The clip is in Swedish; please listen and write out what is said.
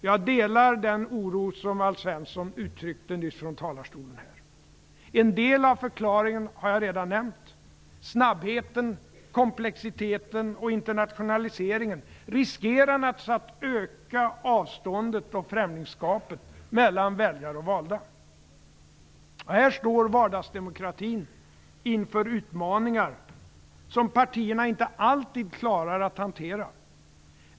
Jag delar den oro som Alf Svensson uttryckte nyss från talarstolen. En del av förklaringen har jag redan nämnt. Snabbheten, komplexiteten och internationaliseringen riskerar naturligtvis att öka avståndet och främlingskapet mellan väljare och valda. Här står vardagsdemokratin inför utmaningar som partierna inte alltid klarar att hantera.